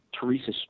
Teresa